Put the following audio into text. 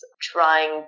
trying